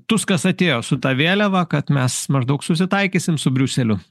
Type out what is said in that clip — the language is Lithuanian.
tuskas atėjo su ta vėliava kad mes maždaug susitaikysim su briuseliu